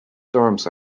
dorms